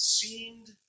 seemed